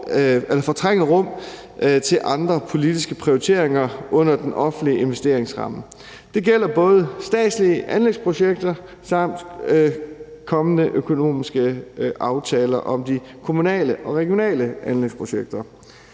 fortrænge et rum til andre politiske prioriteringer under den offentlige investeringsramme. Det gælder både statslige anlægsprojekter samt kommende økonomiske aftaler om de kommunale og regionale anlægsprojekter.